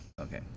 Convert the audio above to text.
Okay